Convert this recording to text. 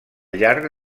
llarg